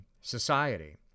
society